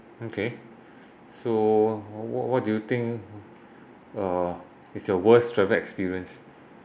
okay so what what do you think uh is the worst travel experience